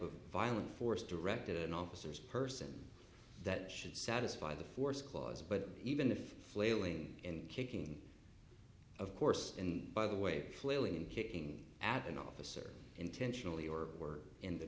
of violent force directed officers person that should satisfy the force clause but even if flailing and kicking of course and by the way clearly and kicking at an officer intentionally or were in the